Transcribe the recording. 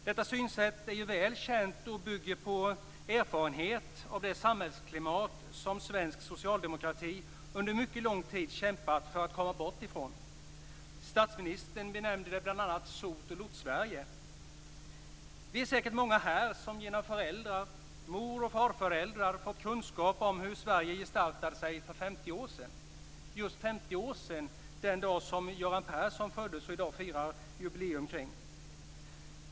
Detta synsätt är väl känt och bygger på erfarenhet av det samhällsklimat som svensk socialdemokrati under mycket lång tid kämpat för att komma bort ifrån. Statsministern benämnde det bl.a. Sot och Lortsverige. Vi är säkert många här som genom föräldrar, moroch farföräldrar har fått kunskap om hur Sverige gestaltade sig för 50 år sedan. Just för 50 år sedan var den dag som Göran Persson föddes och i dag firar jubileum av.